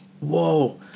whoa